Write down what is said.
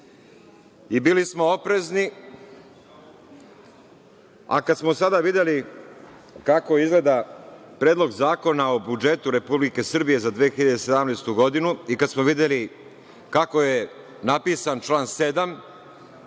Bili smo oprezni, a kada smo sada videli kako izgleda Predlog zakona o budžetu Republike Srbije za 2017. godinu i kada smo videli kako je napisan član 7.